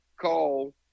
call